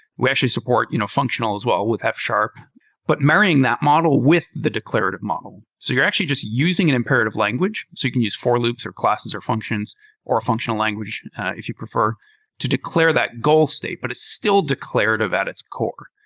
we actually support you know functional as well with f, but marrying that model with the declarative model. so you're actually just using an imperative language, so you can use for loops or classes or functions or functional language if you prefer to declare that goal statement. but it's still declarative at its core.